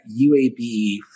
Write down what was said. UAB